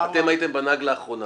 אתם הייתם בנגלה האחרונה.